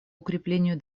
укреплению